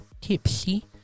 tipsy